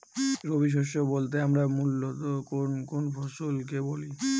রবি শস্য বলতে আমরা মূলত কোন কোন ফসল কে বলি?